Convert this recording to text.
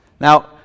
Now